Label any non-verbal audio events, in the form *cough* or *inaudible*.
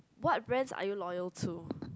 what brands are you loyal to *noise*